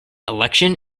election